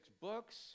books